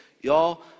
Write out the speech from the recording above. Y'all